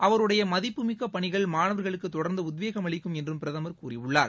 அவருடைய மதிப்புமிக்க பணிகள் மாணவர்களுக்கு தொடர்ந்து உத்வேகம் அளிக்கும் என்றும் பிரதமர் கூறியுள்ளார்